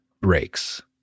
breaks